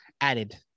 added